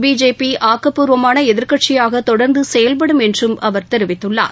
BJP ஆக்கப்பூர்வமான எதிர்கட்சியாக தொடர்ந்து செயல்படும் என்றும் அவர் தெரிவித்துள்ளார்